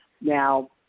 Now